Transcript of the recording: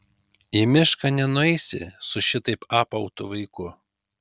į mišką nenueisi su šitaip apautu vaiku